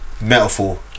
metaphor